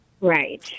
Right